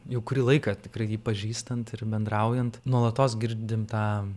jau kurį laiką tikrai jį pažįstant ir bendraujant nuolatos girdim tą